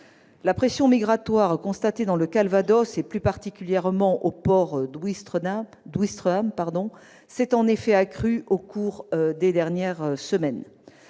La pression migratoire constatée dans le Calvados, et plus particulièrement au port de Ouistreham, s'est en effet accrue au cours des dernières semaines.